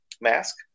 mask